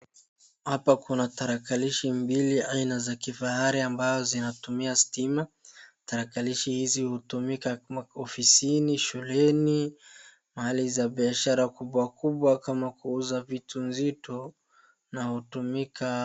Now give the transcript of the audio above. Hapa kuna tarakilishi mbili aina za kifahari ambazo zinatumia stima, tarakilishi hizi hutumika maofisini, shule, mahali za biashara kubwakubwa kama kuuza vitu mzito na hutumika.